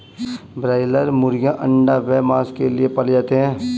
broiler मुर्गीयां अंडा व मांस के लिए पाले जाते हैं